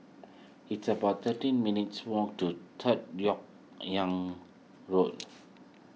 it's about thirteen minutes' walk to Third Lok Yang Road